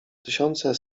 tysiące